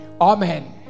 Amen